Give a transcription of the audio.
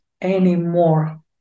anymore